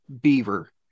beaver